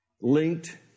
linked